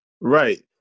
Right